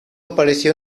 apareció